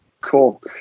Cool